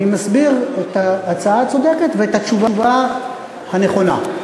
אני מסביר את ההצעה הצודקת ואת התשובה הנכונה,